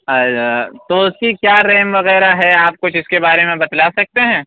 اچھا تو اُس کی کیا ریم وغیرہ ہے آپ کچھ اِس کے بارے میں بتلا سکتے ہیں